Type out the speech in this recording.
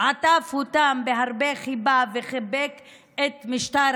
עטף אותם בהרבה חיבה וחיבק את משטר